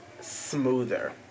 smoother